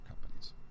companies